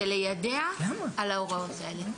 זה ליידע על ההוראות האלה.